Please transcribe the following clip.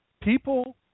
people